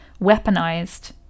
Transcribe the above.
weaponized